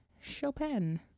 Chopin